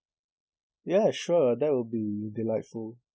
ya sure that will be delightful